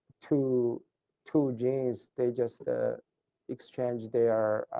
two two genes they just ah exchange their